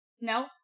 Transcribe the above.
No